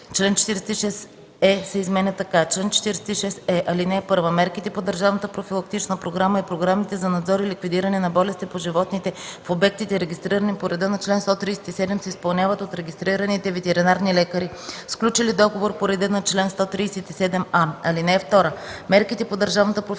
Член 46е се изменя така: